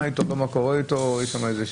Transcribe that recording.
אני לא יודע מה איתו, מה קורה איתו.